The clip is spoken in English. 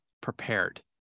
prepared